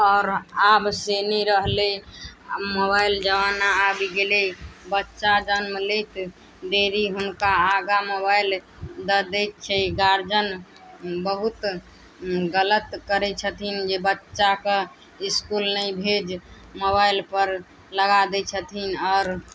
आओर आब से नहि रहलै मोबाइल जमाना आबि गेलै बच्चा जन्म लैत देरी हुनका आगाँ मोबाइल दऽ दै छै गार्जियन बहुत गलत करै छथिन जे बच्चाके इसकुल नहि भेज मोबाइल पर लगा दै छथिन और